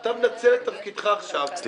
אתה מנצל את תפקידך עכשיו --- סליחה,